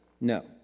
No